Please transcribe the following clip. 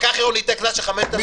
פקח עירוני ייתן קנס של 5,000 שקל?